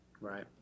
Right